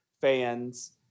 fans